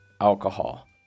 alcohol